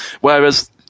Whereas